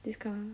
this kind